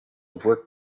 work